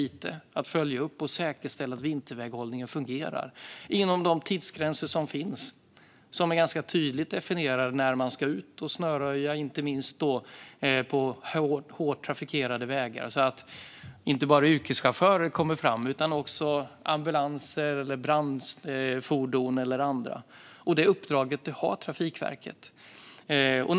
Trafikverket har uppdraget att följa upp och säkerställa att vinterväghållningen fungerar inom de tidsgränser som finns, som är ganska tydligt definierade, för när man ska ut och snöröja, inte minst på hårt trafikerade vägar. Detta är inte bara för att yrkeschaufförer ska komma fram utan också ambulanser, brandfordon eller andra fordon.